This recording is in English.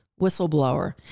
whistleblower